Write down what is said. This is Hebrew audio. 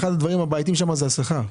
אחד הדברים הבעייתיים שם זה השכר.